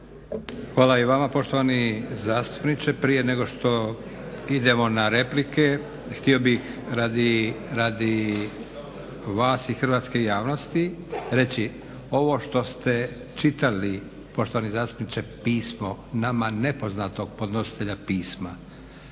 Hvala i vama poštovani zastupniče. Prije nego što idemo na replike, htio bih radi vas i hrvatske javnosti reći ovo što ste čitali poštovani zastupniče pismo nama nepoznatog podnositelja pisma,